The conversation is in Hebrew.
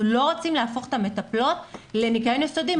אנחנו לא רוצים להפוך את המטפלות לניקיון יסודי.